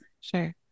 Sure